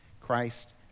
Christ